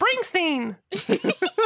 Springsteen